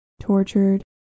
tortured